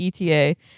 ETA